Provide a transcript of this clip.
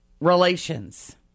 relations